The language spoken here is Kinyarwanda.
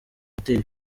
moteri